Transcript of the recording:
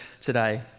today